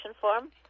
form